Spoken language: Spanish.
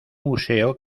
museo